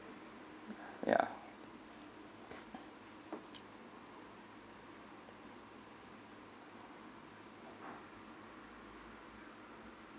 ya